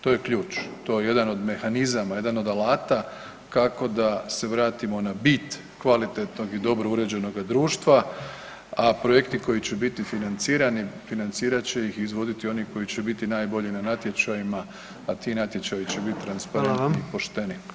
To je ključ, to je jedan od mehanizama, jedan od alata kako da se vratimo na bit kvalitetnog i dobro uređenoga društva, a projekti koji će biti financirani financirat će ih i izvoditi oni koji će biti najbolji na natječajima, a ti natječaji će biti transparentni i pošteni.